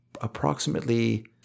approximately